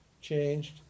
changed